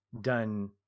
done